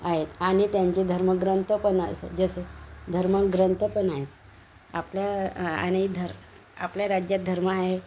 आहेत आणि त्यांचे धर्मग्रंथ पण असं जसं धर्मग्रंथ पण आहेत आपल्या आ आणि ध आपल्या राज्यात धर्म आहे